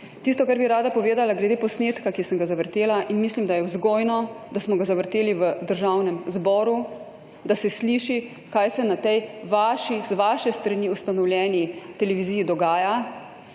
Tisto, kar bi rada povedala glede posnetka, ki sem ga zavrtela in mislim, da je vzgojno, da smo ga zavrteli v Državnem zboru, da se sliši, kaj se na tej vaši, z vaše strani ustanovljeni televiziji dogaja.